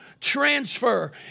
transfer